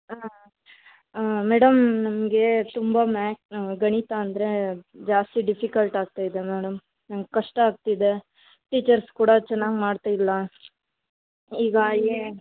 madam ನಮಗೆ ತುಂಬ ಮ್ಯಾ ಗಣಿತ ಅಂದರೆ ಜಾಸ್ತಿ ಡಿಫಿಕಲ್ಟ್ ಆಗ್ತಾಯಿದೆ ಮೇಡಮ್ ನಂಗೆ ಕಷ್ಟ ಆಗ್ತಿದೆ ಟೀಚರ್ಸ್ ಕೂಡ ಚೆನ್ನಾಗ್ ಮಾಡ್ತಾಯಿಲ್ಲ ಈಗ ಏ